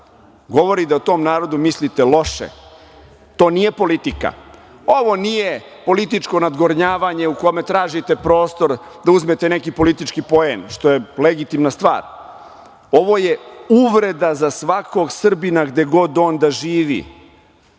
govori da o tom narodu mislite loše. To nije politika. Ovo nije političko nadgornjavanje u kome tražite prostor da uzmete neki politički poen, što je legitimna stvar, ovo je uvreda za svakog Srbija gde god on da živi.